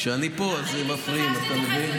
כשאני פה אז מפריעים, אתה מבין.